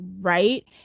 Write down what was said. right